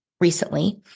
recently